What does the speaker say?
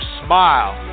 smile